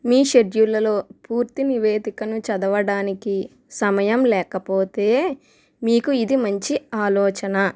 మీ షెడ్యూల్లో పూర్తి నివేదికను చదవడానికి సమయం లేకపోతే మీకు ఇది మంచి ఆలోచన